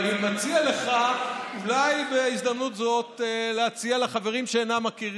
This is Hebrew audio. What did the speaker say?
ואני מציע לך אולי בהזדמנות זאת להציע לחברים שאינם מכירים,